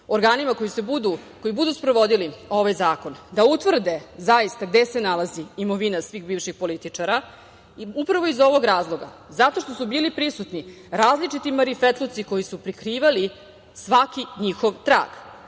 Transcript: organima, koji budu sprovodili ovaj zakon, da utvrde zaista gde se nalazi imovina svih bivših političara. Upravo iz ovog razloga, zato što su bili prisutni različiti marifetluci koji su prikrivali svaki njihov trag.